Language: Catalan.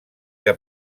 que